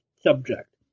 subject